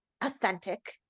authentic